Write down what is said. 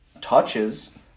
touches